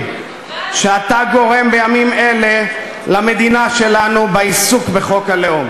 שאתה גורם בימים אלה למדינה שלנו בעיסוק בחוק הלאום.